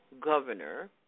governor